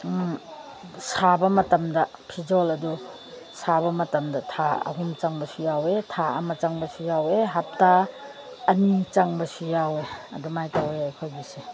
ꯁꯥꯕ ꯃꯇꯝꯗ ꯐꯤꯖꯣꯜ ꯑꯗꯨ ꯁꯥꯕ ꯃꯇꯝꯗ ꯊꯥ ꯑꯍꯨꯝ ꯆꯪꯕꯁꯨ ꯌꯥꯎꯋꯦ ꯊꯥ ꯑꯃ ꯆꯪꯕꯁꯨ ꯌꯥꯎꯋꯦ ꯍꯞꯇꯥ ꯑꯅꯤ ꯆꯪꯕꯁꯨ ꯌꯥꯎꯋꯦ ꯑꯗꯨꯃꯥꯏꯅ ꯇꯧꯋꯦ ꯑꯩꯈꯣꯏꯒꯤꯁꯦ